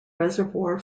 reservoir